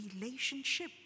relationship